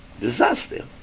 Disaster